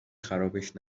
خرابش